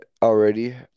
Already